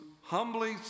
humbly